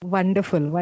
Wonderful